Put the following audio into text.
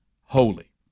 holy